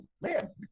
man